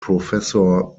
professor